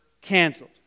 canceled